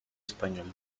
español